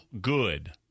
good